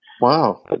Wow